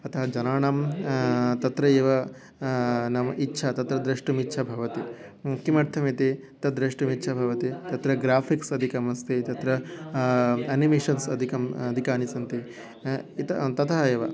अतः जनानां तत्र एव नाम इच्छा तत्र द्रष्टुम् इच्छा भवति किमर्थम् इति तद्द्रष्टुम् इच्छा भवति तत्र ग्राफ़िक्स् अधिकमस्ति तत्र अनिमेशन्स् अधिकम् अधिकानि सन्ति इतः ततः एव